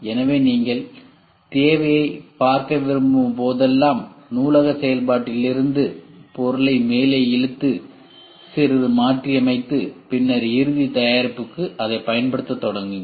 எனவே நீங்கள் தேவையைப் பார்க்க விரும்பும் போதெல்லாம் நூலக செயல்பாட்டிலிருந்து பொருளை மேலே இழுத்து சிறிது மாற்றியமைத்து பின்னர் இறுதி தயாரிப்புக்கு அதைப் பயன்படுத்தத் தொடங்குங்கள்